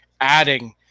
adding